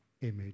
image